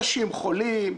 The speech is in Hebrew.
אנשים חולים,